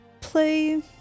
play